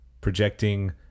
projecting